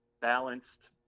balanced